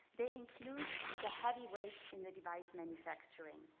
they include the heavyweights in the device manufacturing.